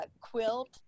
quilt